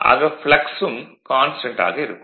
ஆக ப்ளக்ஸ் ம் கான்ஸ்டன்ட் ஆக இருக்கும்